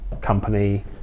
company